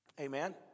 Amen